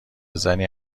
زنی